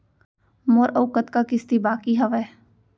मोर अऊ कतका किसती बाकी हवय?